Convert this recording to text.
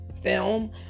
film